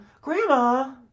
Grandma